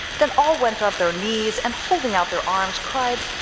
then all went out their knees and holding out their arms cried,